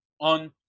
on